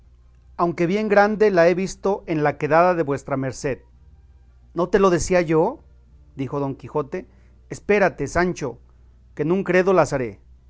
aunque bien grande la he visto en la quedada de vuestra merced no te lo decía yo dijo don quijote espérate sancho que en un credo las haré